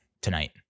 tonight